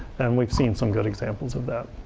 and we've seen some good examples of that.